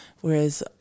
whereas